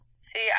See